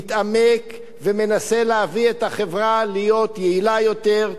מתעמק ומנסה להביא את החברה להיות יעילה יותר,